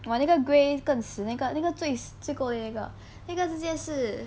!wah! 那个 grey 更死那个那个最够力那个那个直接是